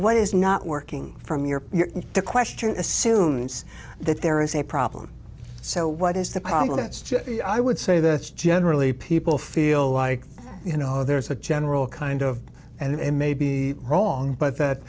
what is not working from your question assumes that there is a problem so what is the problem it's just i would say that generally people feel you know there's a general kind of and it may be wrong but that